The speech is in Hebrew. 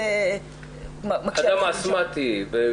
אדם אסמטי ברמה גבוהה.